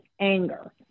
anger